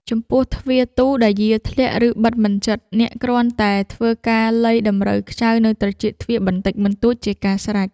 ចំពោះទ្វារទូដែលយារធ្លាក់ ឬបិទមិនជិត អ្នកគ្រាន់តែធ្វើការលៃតម្រូវខ្ចៅនៅត្រចៀកទ្វារបន្តិចបន្តួចជាការស្រេច។